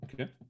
Okay